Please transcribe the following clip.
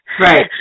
Right